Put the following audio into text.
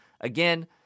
Again